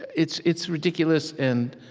it's it's ridiculous and,